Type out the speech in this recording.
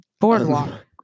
boardwalk